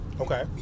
Okay